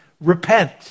Repent